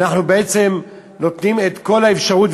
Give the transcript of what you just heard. אנחנו בעצם נותנים את כל האפשרות,